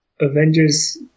Avengers